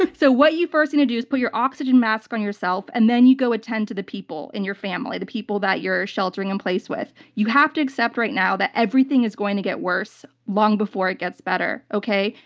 so, what you first need to do is put your oxygen mask on yourself, and then you go attend to the people in your family, the people that you're sheltering in place with. you have to accept right now that everything is going to get worse long before it gets better. okay?